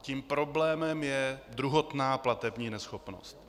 Tím problémem je druhotná platební neschopnost.